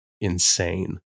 insane